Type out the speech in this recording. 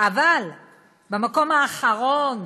אבל במקום האחרון